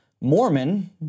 Mormon